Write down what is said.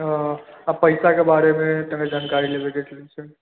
हऽ आ पइसा के बारे मे कने जानकारी लेबै के छलै से